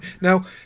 Now